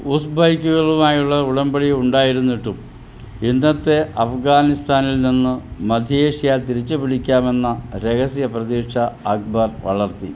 ഉസ്ബെക്കുകളുമായുള്ള ഉടമ്പടി ഉണ്ടായിരുന്നിട്ടും ഇന്നത്തെ അഫ്ഗാനിസ്ഥാനിൽ നിന്ന് മധ്യേഷ്യ തിരിച്ചുപിടിക്കാമെന്ന രഹസ്യ പ്രതീക്ഷ അക്ബർ വളർത്തി